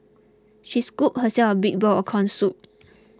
she scooped herself a big bowl of Corn Soup